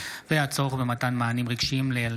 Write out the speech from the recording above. לרצח פלסטינים על